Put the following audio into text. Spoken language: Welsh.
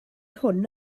hwn